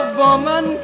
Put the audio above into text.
woman